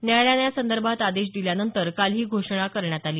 न्यायालयानं या संदर्भात आदेश दिल्यानंतर काल ही घोषणा करण्यात आली